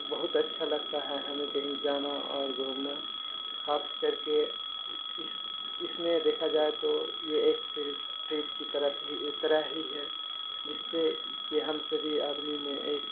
بہت اچھا لگتا ہے ہمیں کہیں جانا اور گھومنا خاص کر کے اس اس میں دیکھا جائے تو یہ ایک فیلڈ ٹرپ کی طرح ہی ہے ایک طرح ہی ہے جس سے کہ ہم سبھی آدمی میں ایک